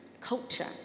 culture